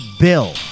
bill